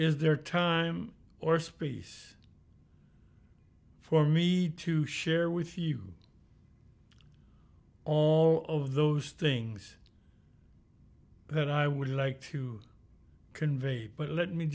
is there time or space for me to share with you all of those things that i would like to convey but let me